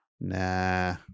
Nah